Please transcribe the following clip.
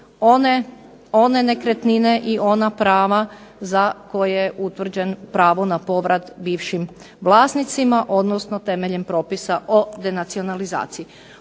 one nekretnine i ona prava za koje je utvrđeno pravo na povrat bivšim vlasnicima, odnosno temeljem propisa o denacionalizaciji.